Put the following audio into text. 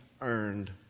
earned